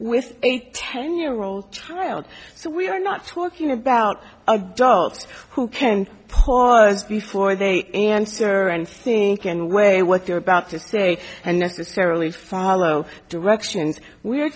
with a ten year old child so we are not talking about adults who can't pause before they answer and think in a way what they're about to say and necessarily follow directions we're